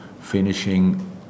finishing